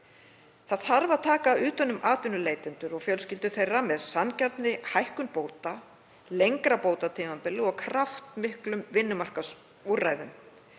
Það þarf að taka utan um atvinnuleitendur og fjölskyldur þeirra með sanngjarnari hækkun bóta, lengra bótatímabili og kraftmiklum vinnumarkaðsúrræðum.